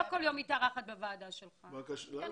לא כל יום אני מתארחת בוועדה שלך --- למה?